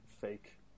fake